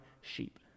sheep